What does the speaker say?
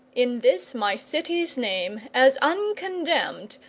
in this my city's name, as uncondemned,